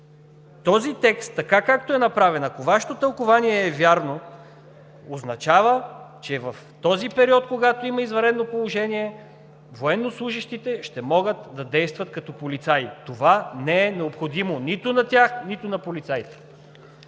Този текст, както е направен, ако Вашето тълкувание е вярно, означава, че в този период, когато има извънредно положение, военнослужещите ще могат да действат като полицаи. Това не е необходимо нито на тях, нито на полицаите.